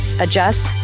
adjust